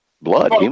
blood